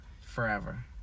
forever